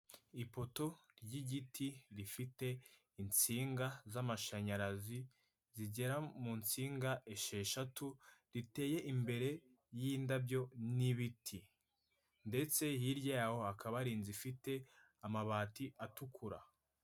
Ipoto ry'igiti rifite insinga z'amashanyarazi, zigera mu nsinga esheshatu, riteye imbere y'indabyo n'ibiti. Ndetse hirya y'aho hakaba hari inzu ifite amabati atukura.